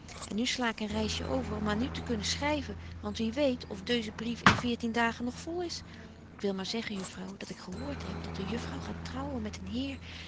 en nu sla ik een reisje over om aan u te kunnen schryven want wie weet of deuze brief in veertien dagen nog vol is ik wil maar zeggen juffrouw dat ik gehoort heb dat de juffrouw gaat trouwen met een heer